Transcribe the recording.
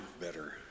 better